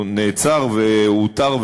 הוא נעצר ואותר,